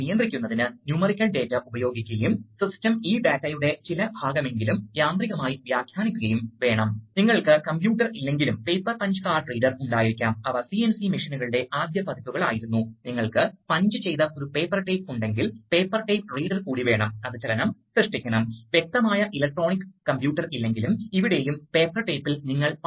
സാധാരണയായി ഒരു നേട്ടമുണ്ട് ഈ രണ്ട് കേസുകളെയും മീറ്റർ ഇൻ ഫ്ലോ കൺട്രോൾ എന്നും മീറ്റർ ഔട്ട് ഫ്ലോ കൺട്രോൾ എന്നും വിളിക്കുന്നു അതായത് മീറ്റർ ഇൻ നിങ്ങൾ ഇൻകമിംഗ് എയർ ഫ്ലോയിൽ ഫ്ലോ കൺട്രോൾ വാൽവ് ഇടുകയും മീറ്റർ ഔട്ട് ഫ്ലോ കൺട്രോൾ നിങ്ങൾ അത് ഔട്ട്ഗോയിംഗ് എയർ ഫ്ലോയിലും ലും ഇടുന്നു